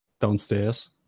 downstairs